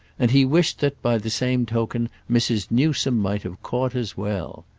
and he wished that, by the same token, mrs. newsome might have caught as well.